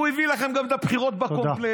הוא הביא לכם גם את הבחירות בקומפלט,